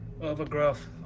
overgrowth